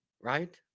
right